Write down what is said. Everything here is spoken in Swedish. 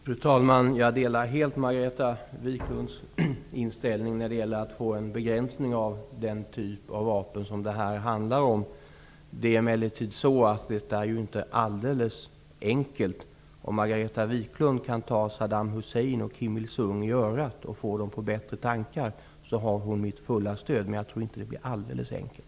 Fru talman! Jag delar helt Margareta Viklunds inställning när det gäller att få en begränsning av den typ av vapen som det här handlar om. Det är emellertid inte alldeles enkelt. Om Margareta Viklund kan ta Saddam Hussein och Kim Il Sung i örat och få dem på bättre tankar har hon mitt fulla stöd, men jag tror inte att det blir alldeles enkelt.